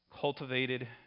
cultivated